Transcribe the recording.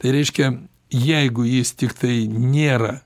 tai reiškia jeigu jis tiktai nėra